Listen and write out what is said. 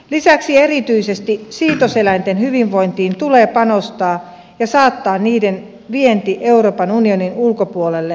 lisäksi erityisesti siitos eläinten hyvinvointiin tulee panostaa ja saattaa niiden vienti euroopan unionin ulkopuolelle luvanvaraiseksi